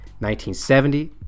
1970